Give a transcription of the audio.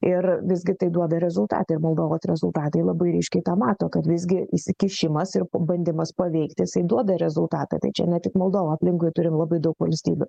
ir visgi tai duoda rezultatą ir moldovos rezultatai labai ryškiai tą mato kad visgi įsikišimas ir bandymas paveikti jisai duoda rezultatą tai čia ne tik moldova aplinkui turim labai daug valstybių